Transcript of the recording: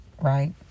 right